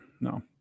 No